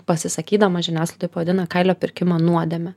pasisakydamas žiniasklaidoj pavadina kailio pirkimą nuodėme